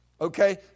Okay